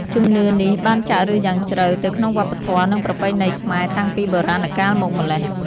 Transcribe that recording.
ជំនឿនេះបានចាក់ឫសយ៉ាងជ្រៅទៅក្នុងវប្បធម៌ និងប្រពៃណីខ្មែរតាំងពីបុរាណកាលមកម្ល៉េះ។